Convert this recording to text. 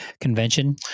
convention